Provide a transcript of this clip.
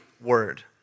word